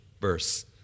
Verse